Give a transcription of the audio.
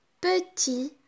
petit